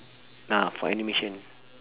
ah for animation